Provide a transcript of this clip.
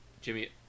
Jimmy